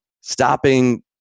stopping